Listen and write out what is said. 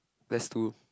less two